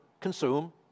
consume